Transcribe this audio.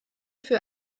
für